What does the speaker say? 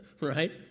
right